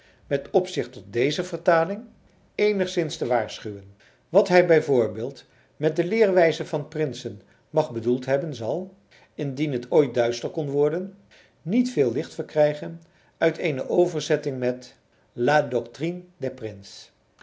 met opzicht tot deze vertaling eenigszins te waarschuwen wat hij b v met de leerwijze van prinsen mag bedoeld hebben zal indien het ooit duister kon worden niet veel licht verkrijgen uit eene overzetting met la doctrine des princes